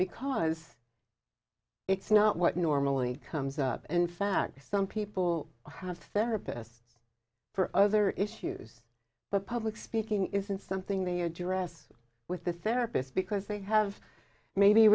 because it's not what normally comes up in fact some people have therapists for other issues but public speaking isn't something they are dress with the therapist because they have maybe